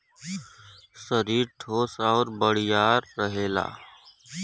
सरीर ठोस आउर बड़ियार रहेला